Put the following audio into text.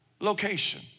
Location